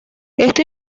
esto